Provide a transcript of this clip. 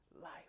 life